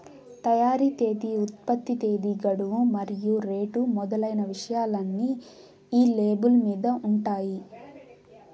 తయారీ తేదీ ఉత్పత్తి తేదీ గడువు మరియు రేటు మొదలైన విషయాలన్నీ ఈ లేబుల్ మీద ఉంటాయి